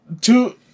two